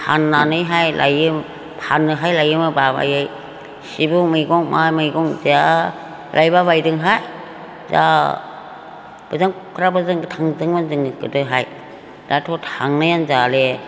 फाननानैहाय लायो फाननोहाय लायोमोन बाबायै सिबुं मैगं मा मैगं जा लायबाबायदों हा जा बोजों खुख्रा बोजों थांदोंमोन जोङो गोदोहाय दाथ' थांनायानो जाले